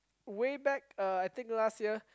way back uh I think last year